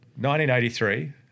1983